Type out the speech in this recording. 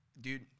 dude